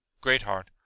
Greatheart